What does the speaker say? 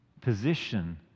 position